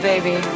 Baby